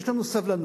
יש לנו סבלנות.